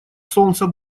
солнца